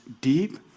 deep